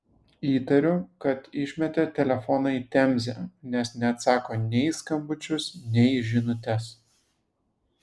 įtariu kad išmetė telefoną į temzę nes neatsako nei į skambučius nei į žinutes